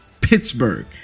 pittsburgh